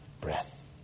breath